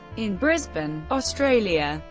in brisbane, australia,